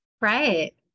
Right